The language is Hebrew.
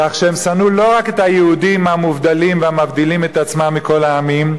כך שהם שנאו לא רק את היהודים המובדלים והמבדילים את עצמם מכל העמים,